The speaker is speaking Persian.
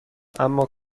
اما